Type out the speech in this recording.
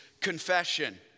confession